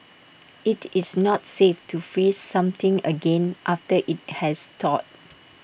IT is not safe to freeze something again after IT has thawed